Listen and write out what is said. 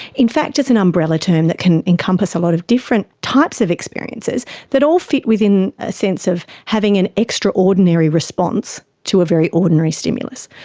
in fact it's an umbrella term that can encompass a lot of different types of experiences that all fit within a sense of having an extraordinary response to a very ordinary stimulus.